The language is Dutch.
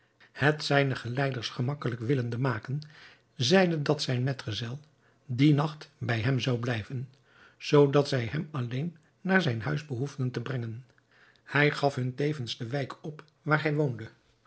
het zijnen geleiders gemakkelijk willende maken zeide dat zijn metgezel dien nacht bij hem zou blijven zoodat zij hem alleen naar zijn huis behoefden te brengen hij gaf hun tevens de wijk op waar hij woonde